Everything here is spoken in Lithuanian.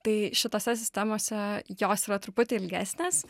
tai šitose sistemose jos yra truputį ilgesnės